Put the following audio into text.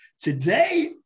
today